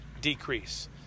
decrease